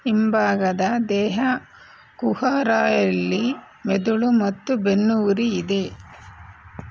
ಹಿಂಭಾಗದ ದೇಹ ಕುಹರದಲ್ಲಿ ಮೆದುಳು ಮತ್ತು ಬೆನ್ನುಹುರಿ ಇದೆ